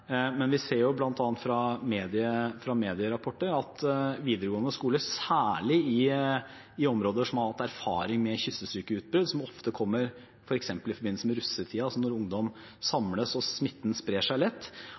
men vi ser bl.a. fra medierapporter at videregående skoler, særlig i områder som har hatt erfaring med kyssesykeutbrudd – som ofte kommer f.eks. i forbindelse med russetiden, altså når ungdom samles og smitten sprer seg lett